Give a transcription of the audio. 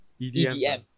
EDM